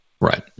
Right